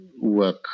work